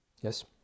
Yes